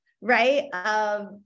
right